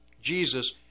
Jesus